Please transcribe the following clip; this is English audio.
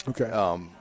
Okay